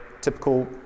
typical